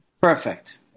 Perfect